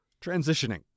transitioning